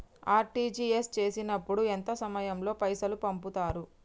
RTGS చేసినప్పుడు ఎంత సమయం లో పైసలు పంపుతరు?